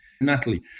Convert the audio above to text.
Natalie